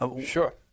Sure